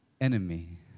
enemy